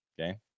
okay